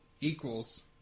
equals